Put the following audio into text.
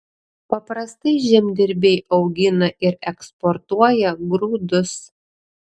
paprastai žemdirbiai augina ir eksportuoja grūdus